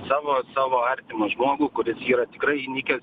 savo savo artimą žmogų kuris yra tikrai įnikęs